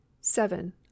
seven